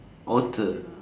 alter